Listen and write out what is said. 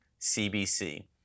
CBC